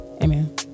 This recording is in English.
Amen